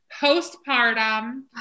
postpartum